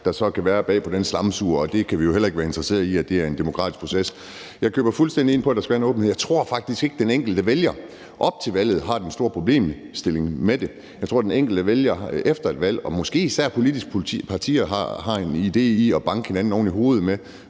som kan være bag på den slamsuger, og det kan vi jo heller ikke være interesserede i er en demokratisk proces. Jeg køber fuldstændig ind på, at der skal være en åbenhed. Jeg tror faktisk ikke, at den enkelte vælger op til valget har det store problem med det. Jeg tror, at den enkelte vælger efter et valg og måske især politiske partier kan se en idé i at banke hinanden oven i hovedet med